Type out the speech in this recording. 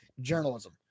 journalism